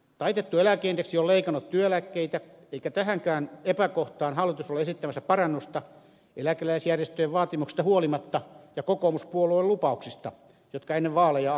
taitettu eläkeindeksi on leikannut työeläkkeitä eikä tähänkään epäkohtaan hallitus ole esittämässä parannusta eläkeläisjärjestöjen vaatimuksista huolimatta ja huolimatta kokoomuspuolueen lupauksista jotka ennen vaaleja annettiin